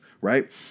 right